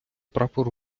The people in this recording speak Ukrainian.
прапор